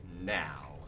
now